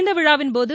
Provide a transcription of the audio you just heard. இந்த விழாவின் போது